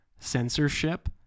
censorship